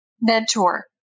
mentor